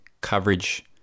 coverage